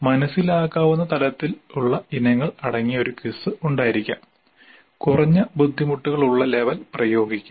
മനസ്സിലാക്കാവുന്ന തലത്തിലുള്ള ഇനങ്ങൾ അടങ്ങിയ ഒരു ക്വിസ് ഉണ്ടായിരിക്കാം കുറഞ്ഞ ബുദ്ധിമുട്ടുകൾ ഉള്ള ലെവൽ പ്രയോഗിക്കുക